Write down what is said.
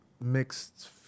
mixed